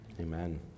Amen